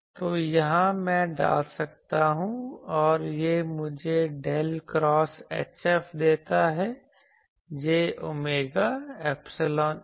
तो यहाँ मैं डाल सकता हूँ और यह मुझे डेल क्रॉस HF देता है J ओमेगा ऐपसीलोन EF